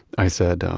i said,